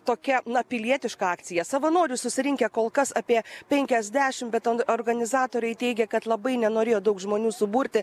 tokia na pilietiška akcija savanorių susirinkę kol kas apie penkiasdešim bet organizatoriai teigė kad labai nenorėjo daug žmonių suburti